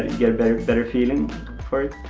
get a better better feeling for it,